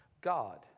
God